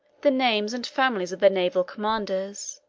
the names and families of their naval commanders,